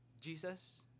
Jesus